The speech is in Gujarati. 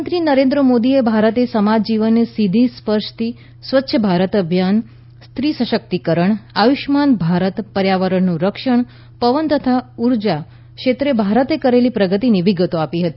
પ્રધાનમંત્રી નરેન્દ્ર મોદીએ ભારતે સમાજજીવનને સીધી સ્પર્શતી સ્વચ્છ ભારત અભિયાન સ્ત્રીસશકિતકરણ આયુષ્યમાન ભારત પર્યાવરણનું રક્ષણ પવન તથા સુર્ય ઉર્જા ક્ષેત્રે ભારતે કરેલી પ્રગતીની વિગતો આપી હતી